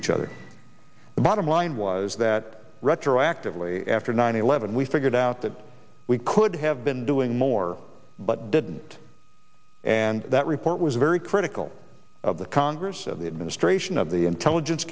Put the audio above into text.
each other the bottom line was that retroactively after nine eleven we figured out that we could have been doing more but didn't and that report was very critical of the congress of the administration of the intelligence